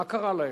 מה קרה להם?